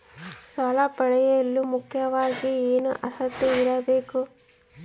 ಸಾಲ ಪಡೆಯಲು ಮುಖ್ಯವಾಗಿ ಏನು ಅರ್ಹತೆ ಇರಬೇಕು?